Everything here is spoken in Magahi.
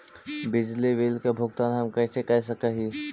बिजली बिल के भुगतान हम कैसे कर सक हिय?